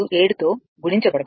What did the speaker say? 637తో గుణించబడతాయి